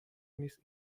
نیست